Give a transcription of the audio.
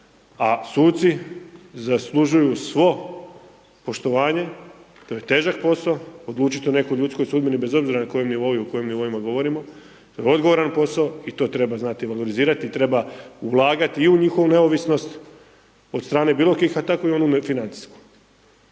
A suci zaslužuju svo poštovanje, to je težak posao, odlučiti o nekoj ljudskoj sudbini bez obzira na kojem nivou i o kojim nivoima govorima. To je odgovoran posao i to treba znati valorizirati i treba ulagati i u njihovu neovisnost od strane bilo bilo kakvih, a tako i onu financijsku.